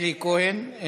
אלי כהן,